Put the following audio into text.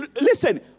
listen